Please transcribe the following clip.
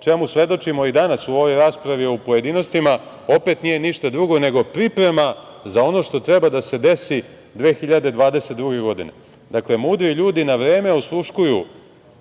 čemu svedočimo i danas u ovoj raspravi u pojedinostima, opet nije ništa drugo nego priprema za ono što treba da se desi 2022. godine. Dakle, mudri ljudi na vreme osluškuju